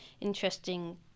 interesting